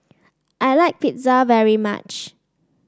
I like Pizza very much